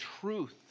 truth